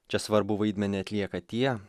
čia svarbų vaidmenį atlieka tie